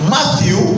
Matthew